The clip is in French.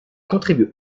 contribue